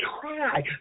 try